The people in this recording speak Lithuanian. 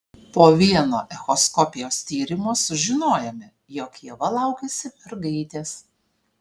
po vieno echoskopijos tyrimo sužinojome jog ieva laukiasi mergaitės